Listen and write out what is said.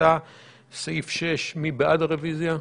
הצבעה בעד ההסתייגות